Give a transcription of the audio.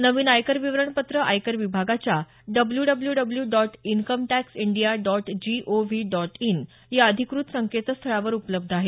नवीन आयकर विवरणपत्रं आयकर विभागाच्या W W W dot income tax India dot G O V dot in या अधिकृत संकेतस्थळावर उपलब्ध आहेत